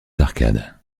arcades